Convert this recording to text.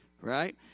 right